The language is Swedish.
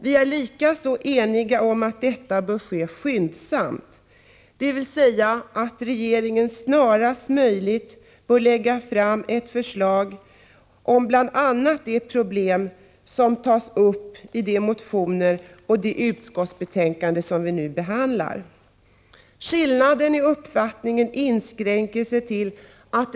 Vi är likaså eniga om att detta bör ske skyndsamt, dvs. att regeringen snarast möjligt bör lägga fram ett förslag om bl.a. de problem som tas upp i de motioner och det utskottsbetänkande som vi nu behandlar.